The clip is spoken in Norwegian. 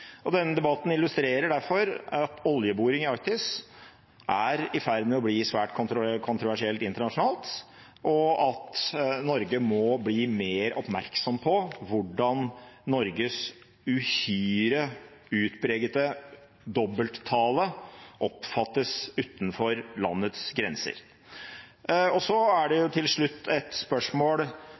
Denne debatten illustrerer derfor at oljeboring i Arktis er i ferd med å bli svært kontroversielt internasjonalt, og at Norge må bli mer oppmerksom på hvordan Norges uhyre utpregete dobbelttale oppfattes utenfor landets grenser. Til slutt er det et spørsmål om hvor økonomisk interessant det er å pushe oljeboring nordover. Barentshavet er et